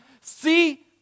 see